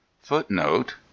FOOTNOTE